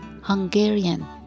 Hungarian